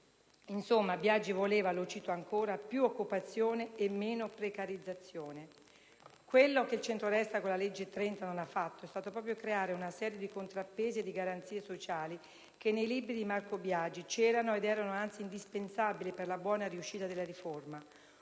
Insomma, Biagi voleva - lo cito ancora - «più occupazione e meno precarizzazione». Quello che il centrodestra con la legge n. 30 non ha fatto è stato proprio creare una serie di contrappesi e di garanzie sociali che nei libri di Marco Biagi c'erano ed erano anzi indispensabili per la buona riuscita della riforma.